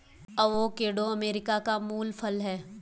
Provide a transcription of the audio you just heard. avocado America का मूल फल है